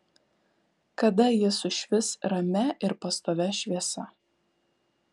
kada ji sušvis ramia ir pastovia šviesa